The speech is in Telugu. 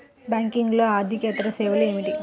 బ్యాంకింగ్లో అర్దికేతర సేవలు ఏమిటీ?